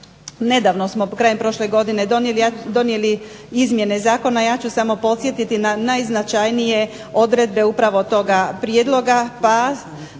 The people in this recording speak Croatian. nedavno smo krajem prošle godine donijeli izmjene zakona ja ću samo podsjetiti na najznačajnije odredbe upravo toga prijedloga,